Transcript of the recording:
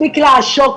מספיק לעשוק,